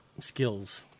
skills